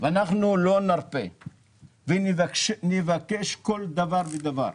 אנחנו לא נרפה ונבקש כל דבר ודבר.